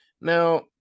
Now